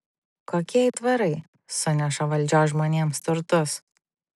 kokie aitvarai suneša valdžios žmonėms turtus